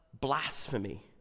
blasphemy